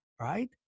right